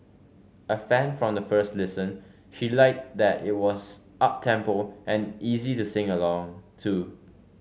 a fan from the first listen she liked that it was uptempo and easy to sing along to